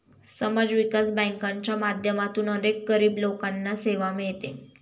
समाज विकास बँकांच्या माध्यमातून अनेक गरीब लोकांना सेवा मिळते